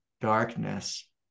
darkness